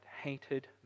hated